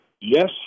Yes